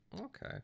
okay